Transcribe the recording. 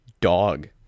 dog